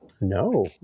No